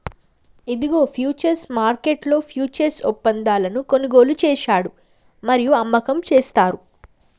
ఇదిగో ఫ్యూచర్స్ మార్కెట్లో ఫ్యూచర్స్ ఒప్పందాలను కొనుగోలు చేశాడు మరియు అమ్మకం చేస్తారు